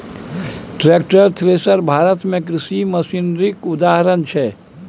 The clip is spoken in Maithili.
टैक्टर, थ्रेसर भारत मे कृषि मशीनरीक उदाहरण छै